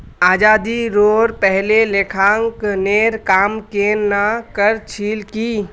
आज़ादीरोर पहले लेखांकनेर काम केन न कर छिल की